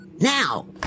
Now